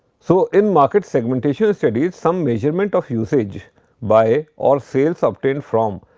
so, in market segmentation studies, some measurement of usage by, or sales obtained from,